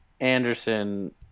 Anderson